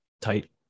tight